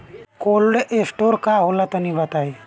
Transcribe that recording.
Cold storage का होला तनि बताई?